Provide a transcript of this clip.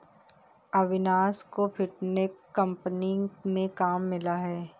अविनाश को fintech company में काम मिला है